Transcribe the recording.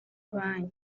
banki